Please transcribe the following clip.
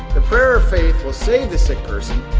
the prayer of faith will save the sick person,